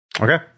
Okay